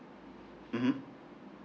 mmhmm